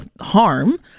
harm